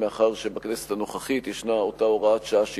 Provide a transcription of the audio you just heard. מאחר שבכנסת הנוכחית ישנה אותה הוראת שעה שהתקבלה,